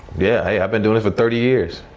yeah, hey, i been doin' it for thirty years!